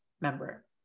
member